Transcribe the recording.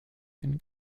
den